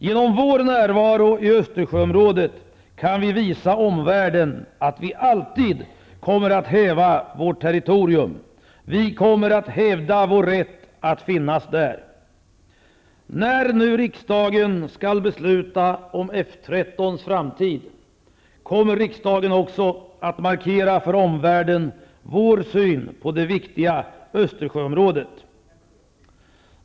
Genom vår närvaro i Östersjöområdet kan vi visa omvärlden att vi alltid kommer att hävda vårt territorium, att vi kommer att hävda vår rätt att finnas där. När nu riksdagen skall besluta om F 13:s framtid kommer riksdagen också att markera för omvärlden vår syn på det viktiga Östersjöområdet.